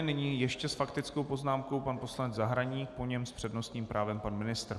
Nyní ještě s faktickou poznámkou pan poslanec Zahradník po něm s přednostním právem pan ministr.